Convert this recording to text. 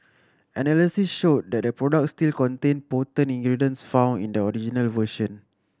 analysis showed that the products still contained potent ingredients found in the version